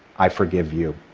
i forgive you.